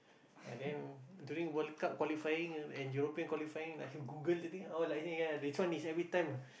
and then during World-Cup qualifying and European qualifying let him Google the thing all like hey ya this one is every time